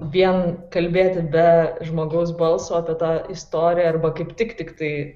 vien kalbėti be žmogaus balso tą tą istoriją arba kaip tik tiktai